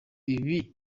ibi